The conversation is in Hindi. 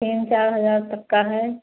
तीन चार हजार तक का है